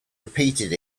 repeated